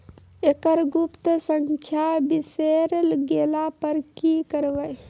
एकरऽ गुप्त संख्या बिसैर गेला पर की करवै?